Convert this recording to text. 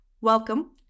Welcome